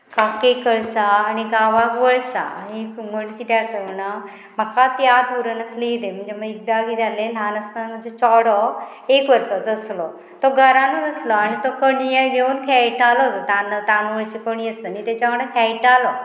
खाकेक कळसां आनी गांवाक वळसां आनी म्हण किदें आसना म्हाका त्यात उरून आसली कितें म्हणजे एकदा किदें आहलें ल्हान आसतना म्हजो चोडो एक वर्साचो आसलो तो घरानूच आसलो आनी तो कणये घेवन खेळटालो तान तांदूळची कणी आसता न्ही तेच्या वांगडा खेळटालो